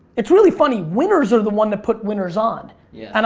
it's really funny winners are the one that put winners on. yeah. and